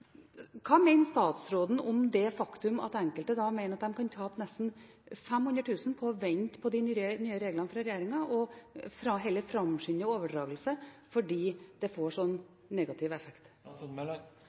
Hva mener statsråden om det faktum at enkelte mener de kan tape nesten 500 000 kr på å vente på de nye reglene fra regjeringen, og heller framskynder overdragelser fordi det får